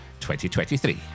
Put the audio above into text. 2023